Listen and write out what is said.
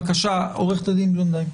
בבקשה, עוד בלונדהיים.